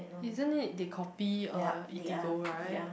isn't it they copy uh Eatigo right